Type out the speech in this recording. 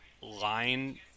line